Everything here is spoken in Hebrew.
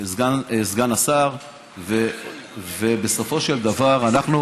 סגן השר, ובסופו של דבר אנחנו,